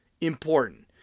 important